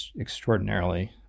extraordinarily